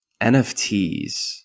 NFTs